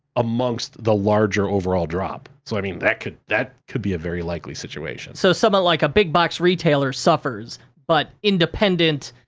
amongst the larger overall drop. so, i mean, that could that could be a very likely situation. so, somewhat like a big-box retailer suffers, but independent,